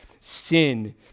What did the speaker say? sin